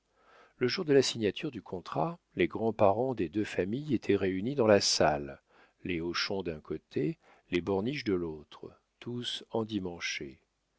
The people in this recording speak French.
le jour de la signature du contrat les grands-parents des deux familles étaient réunis dans la salle les hochon d'un côté les borniche de l'autre tous endimanchés